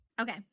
Okay